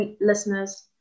listeners